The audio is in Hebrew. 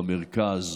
במרכז.